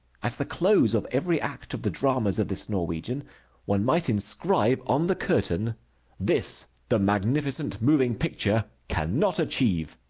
at the close of every act of the dramas of this norwegian one might inscribe on the curtain this the magnificent moving picture cannot achieve.